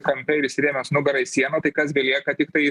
kampe ir įsirėmęs nugara į sieną tai kas belieka tiktai